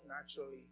naturally